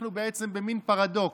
אנחנו בעצם במין פרדוקס,